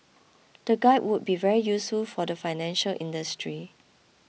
the guide would be very useful for the financial industry